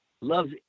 loves